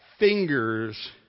fingers